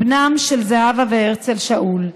בנם של זהבה והרצל שאול.